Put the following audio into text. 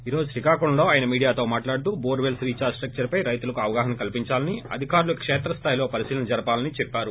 ఈ రోజు శ్రీకాకుళంలో ఆయన ోమీడియాతో మాట్లాడుతూ బోర్ పెల్స్ రీఛార్ట్ స్టక్చర్ పై రైతులకు అవగాహన కల్సించాలని అధికారులు కేత్ర స్థాయిలో పరిశీలన జరపాలని చెప్పారు